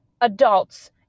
adults